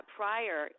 prior